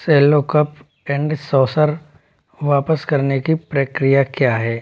Cello cup and saucer वापस करने की प्रक्रिया क्या है